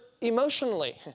emotionally